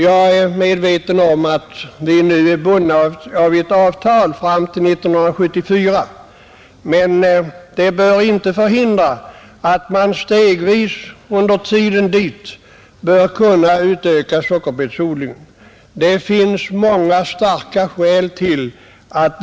Jag är medveten om att vi i det fallet är bundna av ett avtal fram till 1974, men detta bör inte hindra att man stegvis under tiden till dess bör kunna utöka sockerbetsodlingen. Det finns många starka skäl för att göra det.